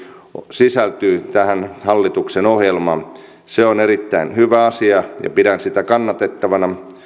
sisältyy tähän hallituksen ohjelmaan se on erittäin hyvä asia ja pidän sitä kannatettavana